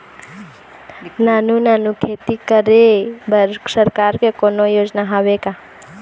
नानू नानू खेती करे बर सरकार के कोन्हो योजना हावे का?